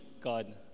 god